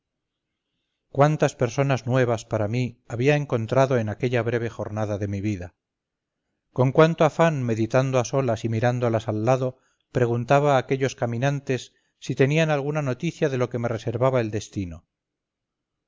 cuántas personas nuevas para mí había encontrado en aquella breve jornada de mi vida con cuánto afán meditando a solas y mirándolas al lado preguntaba a aquellos caminantes si tenían alguna noticia de lo que me reservaba el destino